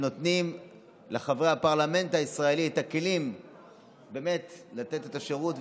כשנותנים לחברי הפרלמנט הישראלי את הכלים לתת את השירות.